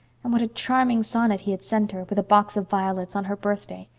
and what a charming sonnet he had sent her, with a box of violets, on her birthday!